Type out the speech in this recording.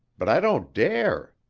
but i don't dare.